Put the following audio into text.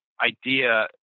idea